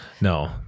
no